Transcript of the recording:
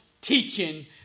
teaching